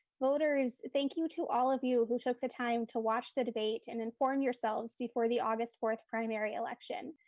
voters, thank you to all of you who took the time to watch the debate and inform yourselves before the august four primary election.